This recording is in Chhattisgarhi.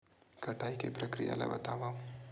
कटाई के प्रक्रिया ला बतावव?